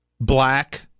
black